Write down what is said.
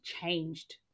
changed